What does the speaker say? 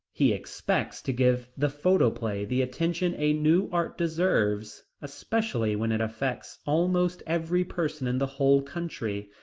he expects to give the photoplay the attention a new art deserves, especially when it affects almost every person in the whole country.